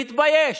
והתבייש.